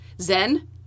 zen